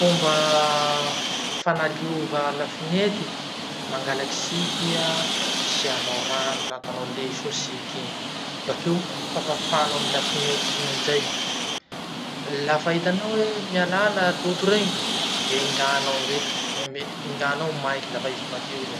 Fomba fanaliova lafinety: mangalaky siky iha isianao rano, la ataonao le soa siky igny, bakeo fafafanao amy lafinety iny amizay. Lafa hitanao hoe mialaala loto regny, enganao amizay la me- enganao maiky lafa i fa malio zay.